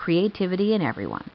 creativity in everyone